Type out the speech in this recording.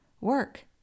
work